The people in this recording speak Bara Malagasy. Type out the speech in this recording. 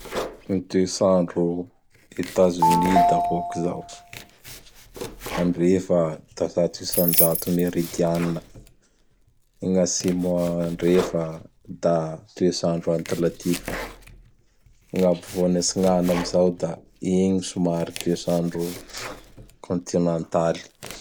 Gny toets'andro Etats-Unis da hôkizao: andrefa da zato isan-jato meridianina; gny atsimo andrefa da toets'andro antlantika; gn'apovoany atsigna amizao da igny somary toets'andro kôntinantaly.